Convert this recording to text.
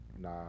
Nah